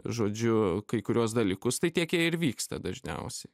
žodžiu kai kuriuos dalykus tai tiek jie ir vyksta dažniausiai